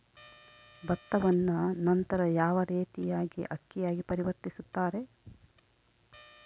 ಭತ್ತವನ್ನ ನಂತರ ಯಾವ ರೇತಿಯಾಗಿ ಅಕ್ಕಿಯಾಗಿ ಪರಿವರ್ತಿಸುತ್ತಾರೆ?